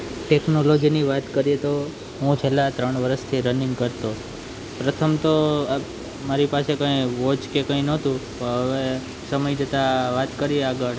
ટેકનોલોજીની વાત કરીએ તો હું છેલ્લાં ત્રણ વરસથી રનિંગ કરતો પ્રથમ આ મારી પાસે કાંઈ વોચ કે કાંઇ નહોતું પણ હવે સમય જતાં વાત કરી આગળ